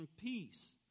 peace